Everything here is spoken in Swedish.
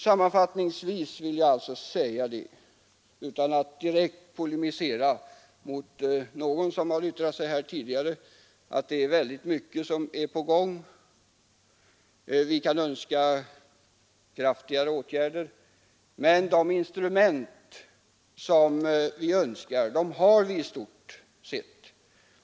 Sammanfattningsvis vill jag alltså säga, utan att direkt polemisera mot någon som har yttrat sig här tidigare, att många åtgärder är på gång. Vi kan önska kraftigare åtgärder, men de verktyg som vi önskar har vi i stort sett.